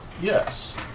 Yes